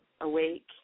awake